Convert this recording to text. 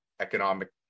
economic